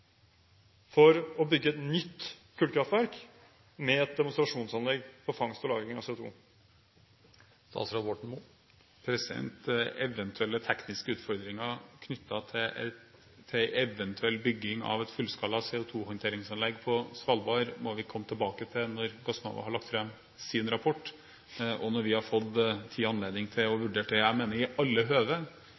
for å bygge et nytt kullkraftverk som et demonstrasjonsanlegg for fangst og lagring av CO2? Eventuelle tekniske utfordringer knyttet til en eventuell bygging av et fullskala CO2-håndteringsanlegg på Svalbard må vi komme tilbake til når Gassnova har lagt fram sin rapport, og når vi har fått tid og anledning til å vurdere det. Jeg mener i alle høve